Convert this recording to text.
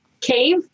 cave